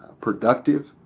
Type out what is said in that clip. productive